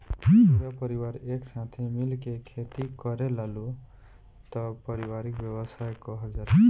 पूरा परिवार एक साथे मिल के खेती करेलालो तब पारिवारिक व्यवसाय कहल जाला